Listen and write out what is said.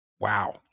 Wow